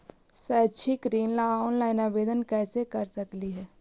शैक्षिक ऋण ला ऑनलाइन आवेदन कैसे कर सकली हे?